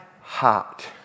heart